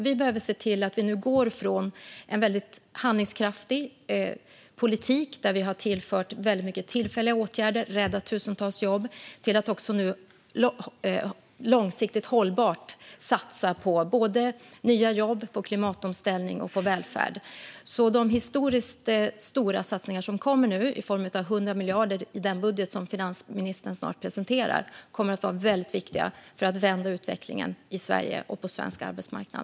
Vi behöver se till att vi nu går från en väldigt handlingskraftig politik, där vi har tillfört många tillfälliga åtgärder och räddat tusentals jobb, till att också långsiktigt hållbart satsa på nya jobb, klimatomställning och välfärd. De historiskt stora satsningar som nu kommer, i form av 100 miljarder i den budget som finansministern snart presenterar, kommer alltså att vara väldigt viktiga för att vända utveck-lingen i Sverige och på svensk arbetsmarknad.